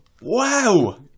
Wow